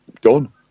done